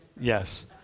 Yes